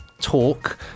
talk